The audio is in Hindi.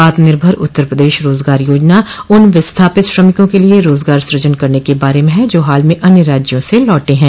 आत्मनिर्भर उत्तर प्रदेश रोजगार योजना उन विस्थापित श्रमिकों के लिए रोजगार सृजन के बारे में है जो हाल में अन्य राज्यों से लौटे हैं